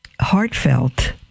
heartfelt